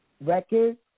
records